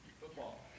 Football